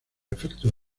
efectos